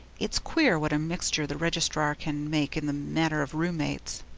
it's queer what a mixture the registrar can make in the matter of room-mates.